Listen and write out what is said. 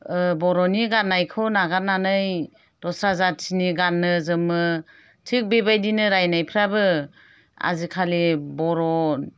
बर'नि गाननायखौ नागारनानै दस्रा जाथिनि गानो जोमो थिख बेबायदिनो रायनायफ्राबो आजिखालि बर'